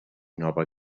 nova